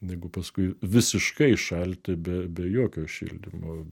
negu paskui visiškai šalti be be jokio šildymo